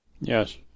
Yes